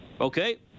Okay